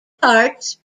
parts